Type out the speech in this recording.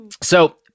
So-